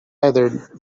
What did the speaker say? either